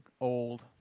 old